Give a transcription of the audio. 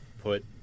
put